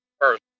first